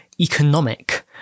economic